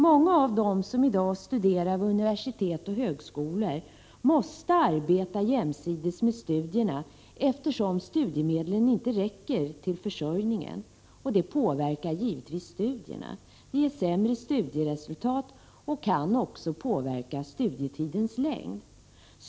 Många av dem som i dag studerar vid universitet och högskolor måste arbeta jämsides med studierna, eftersom studiemedlen inte räcker till försörjningen. Det påverkar givetvis studierna. Det ger sämre studieresultat och kan också påverka studietidens längd.